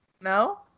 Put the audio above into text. no